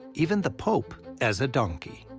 even the pope as a donkey.